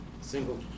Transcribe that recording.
Single